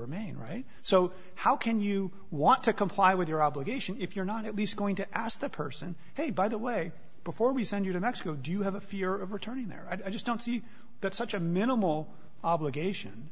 remain right so how can you want to comply with your obligation if you're not at least going to ask the person hey by the way before we send you to mexico do you have a fear of returning there i just don't see that such a minimal obligation